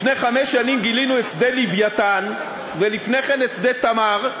לפני חמש שנים גילינו את שדה "לווייתן" ולפני כן את שדה "תמר",